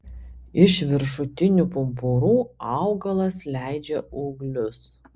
iš viršutinių pumpurų augalas leidžia ūglius